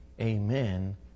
Amen